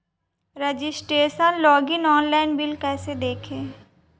Registration login online bill कैसे देखें?